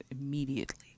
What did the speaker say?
immediately